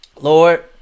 Lord